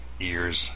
ears